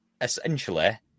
Essentially